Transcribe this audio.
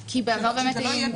זהו,